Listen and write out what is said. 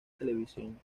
televisión